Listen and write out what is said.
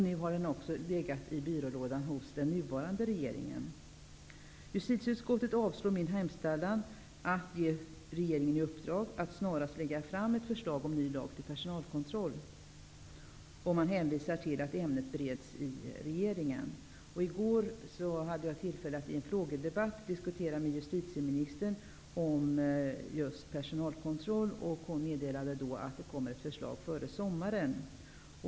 Nu har förslaget legat i byrålådan också hos den nuvarande regeringen. Justitieutskottet avstyrker min hemställan att ge regeringen i uppdrag att snarast lägga fram ett förslag till ny lag om personalkontroll med hänvisning till att ärendet bereds i regeringen. I går hade jag tillfälle att i en frågedebatt här i kammaren diskutera just personalkontroll med justitieministern. Hon meddelade då att det kommer ett förslag före sommaren.